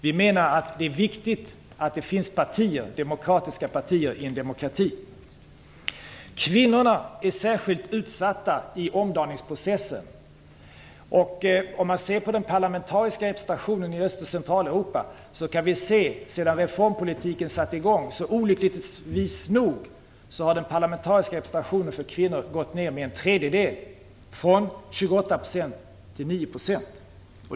Vi menar att det är viktigt att det finns demokratiska partier i en demokrati. Kvinnorna är särskilt utsatta i omdaningsprocessen. Vi kan se att den parlamentariska representationen för kvinnor i Öst och Centraleuropa olyckligtvis har gått ner med en tredjedel sedan reformpolitiken satte i gång. Den har gått ner från 28 % till 9 %.